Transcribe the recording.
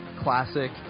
classic